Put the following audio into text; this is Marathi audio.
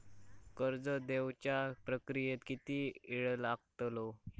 कर्ज देवच्या प्रक्रियेत किती येळ लागतलो?